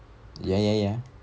ya ya ya